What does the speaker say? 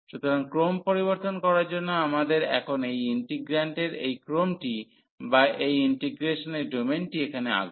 সুতরাং ক্রম পরিবর্তন করার জন্য আমাদের এখন এই ইন্টিগ্রান্ডের এই ক্রমটি বা এই ইন্টিগ্রেসনের ডোমেনটি এখানে আঁকব